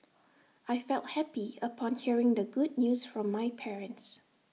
I felt happy upon hearing the good news from my parents